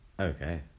okay